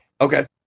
Okay